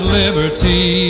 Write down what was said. liberty